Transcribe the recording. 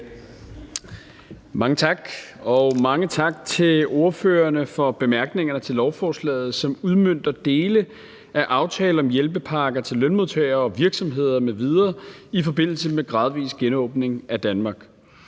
Mange tak, og mange tak til ordførerne for bemærkningerne til lovforslaget, som udmønter dele af »Aftale om hjælpepakker til lønmodtagere og virksomheder mv. i forbindelse med gradvis genåbning af Danmark«.